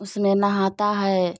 उसमें नहाता है